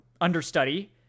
understudy